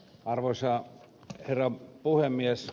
arvoisa herra puhemies